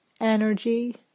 energy